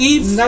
Eve